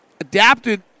adapted